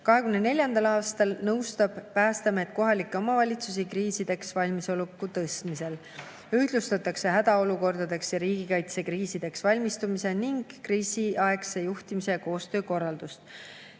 2024. aastal nõustab Päästeamet kohalikke omavalitsusi kriisideks valmisoleku tõstmisel. Ühtlustatakse hädaolukordadeks ja riigikaitsekriisideks valmistumise ning kriisiaegse juhtimise ja koostöö korraldust.